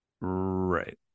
Right